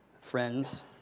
friends